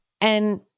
and-